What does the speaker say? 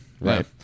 Right